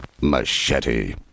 Machete